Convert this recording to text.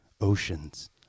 Oceans